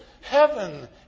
Heaven